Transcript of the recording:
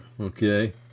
okay